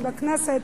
20 נמצאים בכנסת,